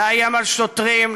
לאיים על שוטרים,